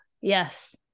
yes